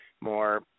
more –